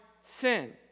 sin